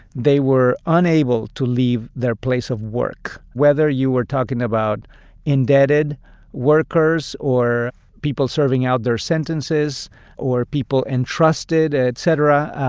they were unable to leave their place of work. whether you were talking about indebted workers or people serving out their sentences or people entrusted, et cetera,